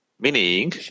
meaning